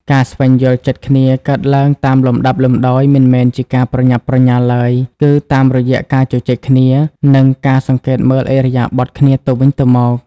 ការស្វែងយល់ចិត្តគ្នាកើតឡើងជាលំដាប់លំដោយ មិនមែនជាការប្រញាប់ប្រញាល់ឡើយ គឺតាមរយៈការជជែកគ្នា និងការសង្កេតមើលឥរិយាបថគ្នាទៅវិញទៅមក។